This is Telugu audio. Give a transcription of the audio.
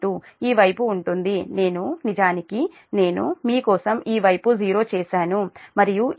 32 ఈ వైపు ఉంటుంది నేను నిజానికి నేను మీ కోసం ఈ వైపు 0 చేసాను మరియు ఇది మీ j0